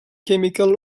chemical